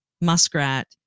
muskrat